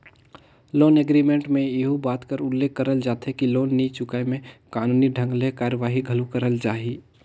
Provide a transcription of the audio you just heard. loan agreement में एहू बात कर उल्लेख करल जाथे कि लोन नी चुकाय में कानूनी ढंग ले कारवाही घलो करल जाही